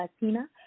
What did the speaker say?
Latina